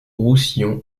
roussillon